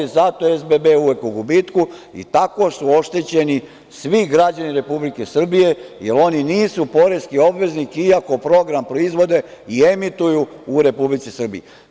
Zato je SBB uvek u gubitku i tako su oštećeni svi građani Republike Srbije, jer oni nisu poreski obveznik iako program proizvode i emituju u Republici Srbiji.